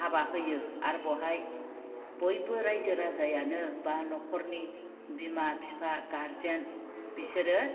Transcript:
हाबा होयो आरो बेवहाय बयबो रायजो राजायानो बा न'खरनि बिमा बिफा गारजेन बिसोरो